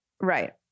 Right